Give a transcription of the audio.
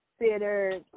considered